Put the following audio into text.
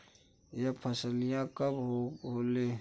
यह फसलिया कब होले?